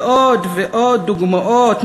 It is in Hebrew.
ועוד ועוד דוגמאות.